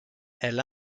elle